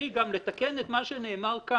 ולכן ההצעה שלי גם לתקן את מה שנאמר כאן,